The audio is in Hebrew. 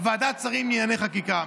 ועדת שרים לענייני חקיקה.